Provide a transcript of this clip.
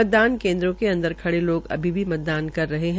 मतदान केन्द्रों के अंदर खड़े लोग अभी भी मतदान कर रहे हैं